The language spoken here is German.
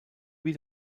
wie